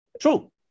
True